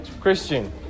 Christian